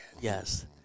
Yes